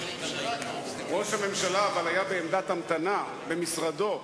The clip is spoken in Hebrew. נציגה של המפלגה הגדולה ביותר באופוזיציה,